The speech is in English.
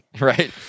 Right